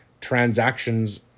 transactions